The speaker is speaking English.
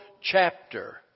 chapter